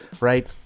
right